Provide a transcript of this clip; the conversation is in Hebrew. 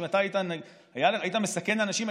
אם אתה היית מסכן אנשים,